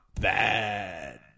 bad